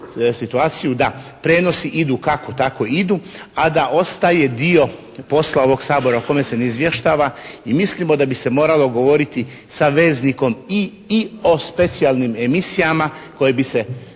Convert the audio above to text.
da prijenosi kako tako idu, a da ostaje dio posla ovog Sabora o kome se ne izvještava i mislimo da bi se moralo govoriti sa veznikom i, i o specijalnim emisijama koje bi,